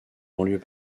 banlieue